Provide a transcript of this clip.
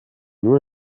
nur